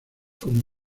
como